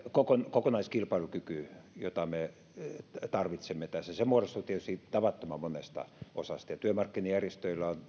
kokonaiskilpailukyky jota me tarvitsemme tässä muodostuu tietysti tavattoman monesta osasta ja työmarkkinajärjestöillä on